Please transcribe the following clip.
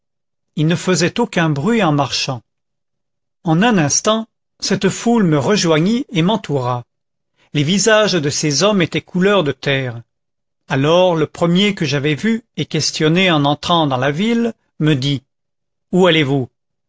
ils ne faisaient aucun bruit en marchant en un instant cette foule me rejoignit et m'entoura les visages de ces hommes étaient couleur de terre alors le premier que j'avais vu et questionné en entrant dans la ville me dit où allez-vous